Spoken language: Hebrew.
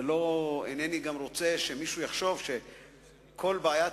גם אינני רוצה שמישהו יחשוב שכל בעיית